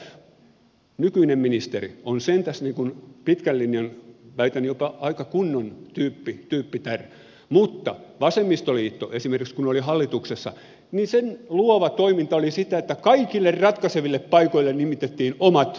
ajatelkaa että nykyinen ministeri on sentään pitkän linjan tyyppi väitän että jopa aika kunnon tyyppi tyyppitär vasemmistoliiton esimerkiksi kun oli hallituksessa luova toiminta oli sitä että kaikille ratkaiseville paikoille nimitettiin omat vasemmistoliittolaiset ihmiset